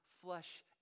flesh